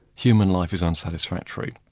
human life is unsatisfactory,